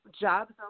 jobs